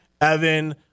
Evan